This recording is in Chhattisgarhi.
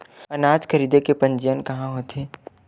अनाज खरीदे के पंजीयन कहां होथे?